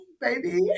baby